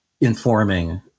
informing